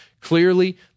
clearly